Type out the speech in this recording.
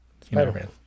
Spider-Man